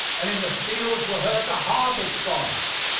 and in the fields were heard the harvest songs.